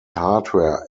hardware